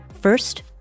First